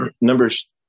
Numbers